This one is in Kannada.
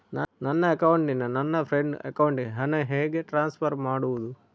ನನ್ನ ಅಕೌಂಟಿನಿಂದ ನನ್ನ ಫ್ರೆಂಡ್ ಅಕೌಂಟಿಗೆ ಹಣ ಹೇಗೆ ಟ್ರಾನ್ಸ್ಫರ್ ಮಾಡುವುದು?